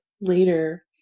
later